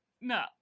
No